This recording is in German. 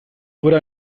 wurde